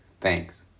Thanks